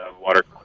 water